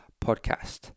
podcast